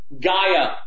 Gaia